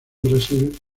brasil